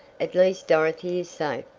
at least dorothy is safe,